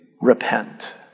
repent